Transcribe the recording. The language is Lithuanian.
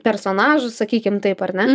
personažu sakykim taip ar ne